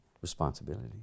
responsibility